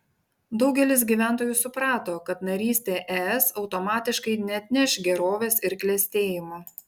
daugelis gyventojų suprato kad narystė es automatiškai neatneš gerovės ir klestėjimo